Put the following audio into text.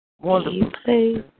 Wonderful